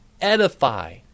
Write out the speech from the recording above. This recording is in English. edify